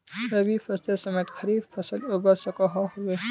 रवि फसलेर समयेत खरीफ फसल उगवार सकोहो होबे?